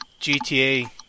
GTA